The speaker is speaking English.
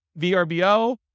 VRBO